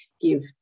give